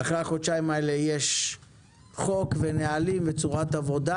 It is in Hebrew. אחרי החודשיים האלה יש חוק ונהלים וצורת עבודה.